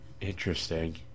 Interesting